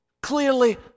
clearly